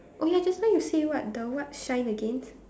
oh ya just now you say what the what shine again